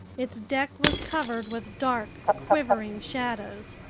its deck was covered with dark, quivering shadows.